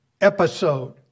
episode